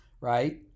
right